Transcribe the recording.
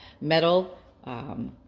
metal